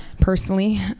personally